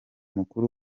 mukuru